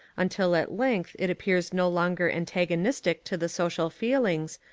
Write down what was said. until at length it appears no longer antagonistic to the social feelings,